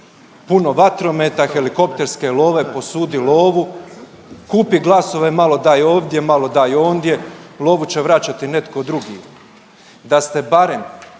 Puno vatrometa, helikopterske love, posudi lovu, kupi glasove, malo daj ovdje, malo daj ondje, lovu će vraćati netko drugi. Da ste barem